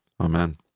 Amen